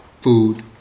food